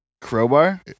crowbar